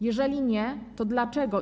Jeżeli nie, to dlaczego?